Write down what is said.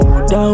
down